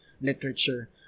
literature